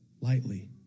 lightly